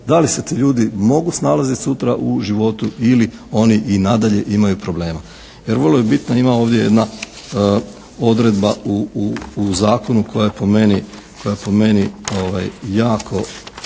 da li se ti ljudi mogu snalaziti sutra u životu ili oni i nadalje imaju problema. Vrlo je bitno, ima ovdje jedna odredba u zakonu koja je po meni jako